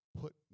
Put